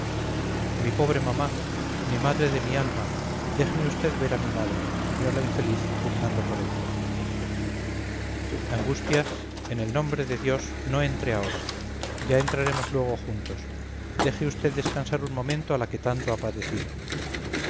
mi pobre mamá mi madre de mi alma déjeme usted ver a mi madre gimió la infeliz pugnando por entrar angustias en el nombre de dios no entre ahora ya entraremos luego juntos deje usted descansar un momento a la que tanto ha padecido